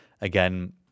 Again